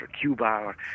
Cuba